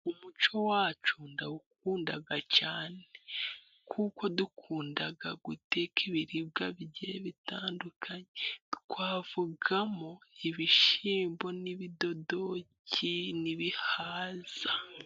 Umuco wacu ndawukunda cyane, kuko dukunda guteka ibiribwa bigiye bitandukanye twavugamo ibishyimbo, n'ibidodoki, n'ibihaza.